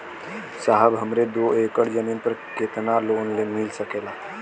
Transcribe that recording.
साहब हमरे दो एकड़ जमीन पर कितनालोन मिल सकेला?